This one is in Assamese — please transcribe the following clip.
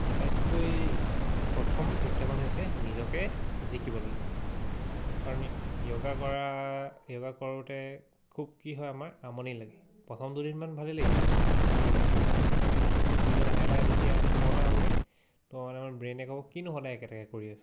আটাইতকৈ প্ৰথম প্ৰত্যাহ্বান হৈছে নিজকে জিকিব লাগিব কাৰণ য়োগা কৰা য়োগা কৰোঁতে খুব কি হয় আমাৰ আমনি লাগে প্ৰথম দুদিনমান ভালেই লাগিব যে য়োগা কৰিছোঁ কিবা নতুন কৰিছোঁ কিন্তু লাহে লাহে যেতিয়া এইটো পুৰণা হ'বগে ত' মানে আমাৰ ব্ৰেইনটোৱে ক'ব কিনো সদায় একেটাকে কৰি আছোঁ